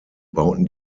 bauten